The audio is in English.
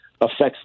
affects